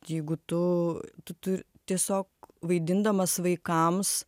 jeigu tu tu tu tiesiog vaidindamas vaikams